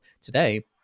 today